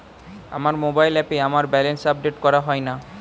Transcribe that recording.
আমার মোবাইল অ্যাপে আমার ব্যালেন্স আপডেট করা হয় না